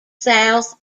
south